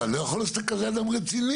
אני לא יכול שאתה כזה אדם רציני.